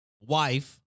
Wife